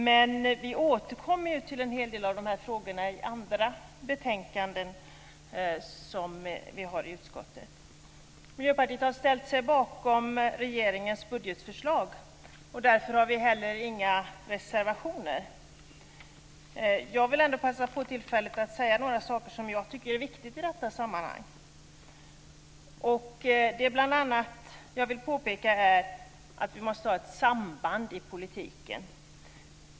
Men vi återkommer ju till en hel del av de här frågorna i andra betänkanden från utskottet. Miljöpartiet har ställt sig bakom regeringens budgetförslag, och därför har vi inga reservationer. Jag vill ändå passa på tillfället att säga några saker som jag tycker är viktiga i detta sammanhang. Det jag bl.a. vill påpeka är att vi måste ha ett samband i politiken.